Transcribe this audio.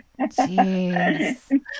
Jeez